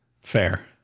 Fair